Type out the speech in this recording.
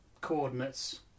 coordinates